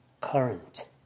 current